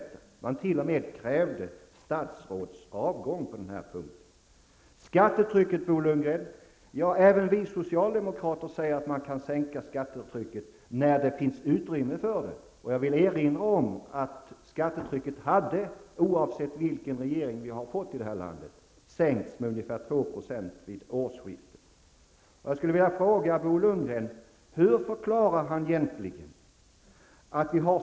Man har ju t.o.m. krävt statsråds avgång på den här punkten. Så något om skattetrycket. Även vi socialdemokrater säger, Bo Lundgren, att man kan sänka skattetrycket när det finns utrymme för detta. Jag vill erinra om att skattetrycket skulle, oavsett vilken regering vi har i det här landet, ha sänkts med ungefär 2 % vid årsskiftet.